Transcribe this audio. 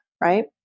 Right